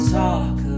talk